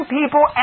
people